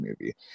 movie